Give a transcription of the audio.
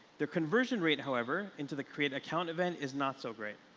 their conversion rate, however, into the create account event is not so great.